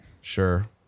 sure